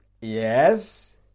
Yes